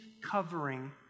covering